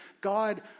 God